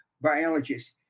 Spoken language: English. biologist